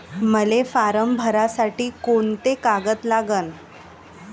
मले फारम भरासाठी कोंते कागद लागन?